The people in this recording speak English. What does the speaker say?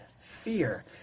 fear